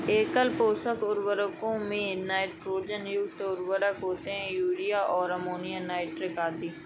एकल पोषक उर्वरकों में नाइट्रोजन युक्त उर्वरक होते है, यूरिया और अमोनियम नाइट्रेट आदि